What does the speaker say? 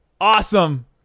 awesome